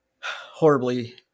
horribly